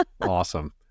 awesome